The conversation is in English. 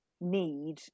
need